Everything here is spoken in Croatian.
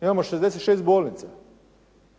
Mi imamo 66 bolnica.